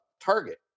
Target